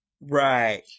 Right